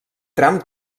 tram